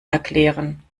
erklären